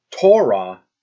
Torah